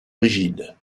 rigide